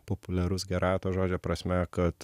populiarus gerąja to žodžio prasme kad